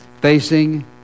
facing